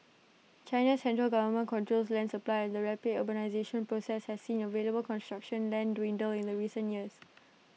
China's central government controls land supply and the rapid urbanisation process has seen available construction land dwindle in recent years